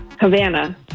Havana